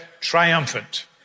triumphant